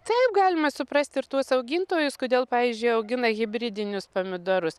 taip galima suprasti ir tuos augintojus kodėl pavyzdžiui augina hibridinius pomidorus